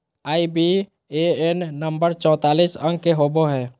IBAN number चौतीस अंक के होवो हय